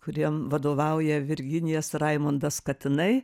kuriem vadovauja virginija su raimundas katinai